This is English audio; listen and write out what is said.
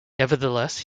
nevertheless